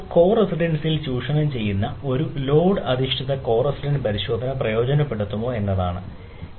കോ റെസിഡൻസിയിൽ ചൂഷണം ചെയ്യുന്ന ഒരു ലോഡ് അധിഷ്ഠിത കോ റെസിഡൻസ് പരിശോധന പ്രയോജനപ്പെടുത്തുക എന്നതാണ് ഒന്ന്